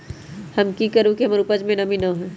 हम की करू की हमर उपज में नमी न होए?